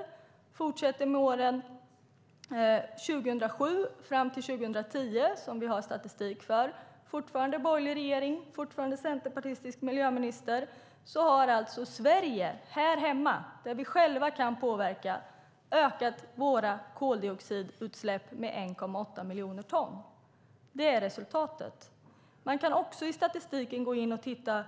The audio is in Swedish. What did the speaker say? Man kan fortsätta med åren 2007-2010, som vi har statistik för. Det är fortfarande en borgerlig regering och en centerpartistisk miljöminister. Här hemma i Sverige, där vi själva kan påverka, har vi under den tiden ökat våra koldioxidutsläpp med 1,8 miljoner ton. Det är resultatet. Man kan också i statistiken gå in och titta